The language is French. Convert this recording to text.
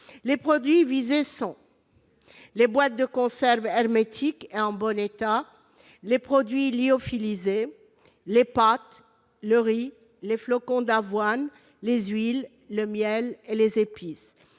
Les produits concernés sont les boîtes de conserve hermétiques et en bon état, les produits lyophilisés, les pâtes, le riz, les flocons d'avoine, les huiles, le miel et les épices.